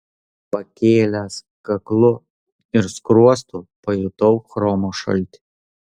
pakėlęs kaklu ir skruostu pajutau chromo šaltį